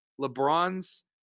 LeBron's